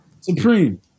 Supreme